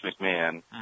McMahon